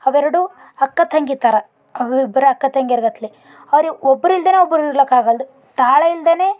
ಅವೆರಡು ಅಕ್ಕ ತಂಗಿ ಥರ ಅವಿಬ್ರು ಅಕ್ಕ ತಂಗಿರಗತ್ಲೆ ಅವ್ರು ಒಬ್ರಿಲ್ದೆ ಒಬ್ರು ಇರ್ಲಿಕ್ಕಾಗಲ್ದು ತಾಳ ಇಲ್ದೇ